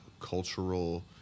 cultural